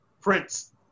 Prince